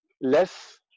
less